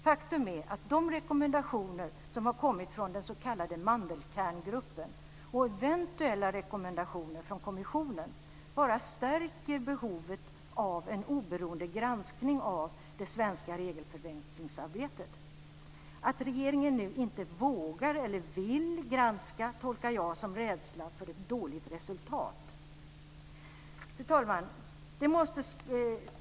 Faktum är att de rekommendationer som har kommit från den s.k. Mandelkerngruppen och eventuella rekommendationer från kommissionen bara stärker behovet av en oberoende granskning av det svenska regelförenklingsarbetet. Att regeringen nu inte vågar eller vill granska detta tolkar jag som rädsla för ett dåligt resultat. Fru talman!